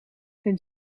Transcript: hun